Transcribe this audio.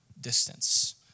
distance